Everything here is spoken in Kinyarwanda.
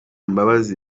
mbabazi